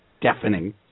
deafening